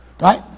Right